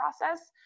process